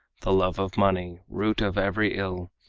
the love of money, root of every ill,